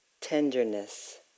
tenderness